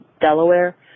Delaware